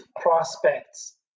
prospects